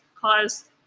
caused